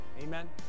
Amen